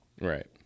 Right